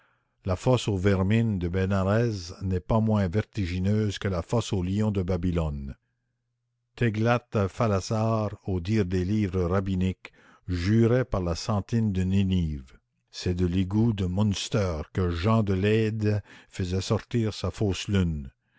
la fosse aux vermines de bénarès n'est pas moins vertigineuse que la fosse aux lions de babylone téglath phalasar au dire des livres rabbiniques jurait par la sentine de ninive c'est de l'égout de munster que jean de leyde faisait sortir sa fausse lune